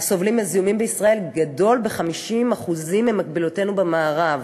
הסובלים מזיהומים בישראל גדול ב-50% מבמקבילותינו במערב.